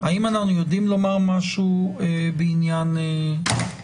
האם אנחנו יודעים לומר משהו בעניין ההדבקה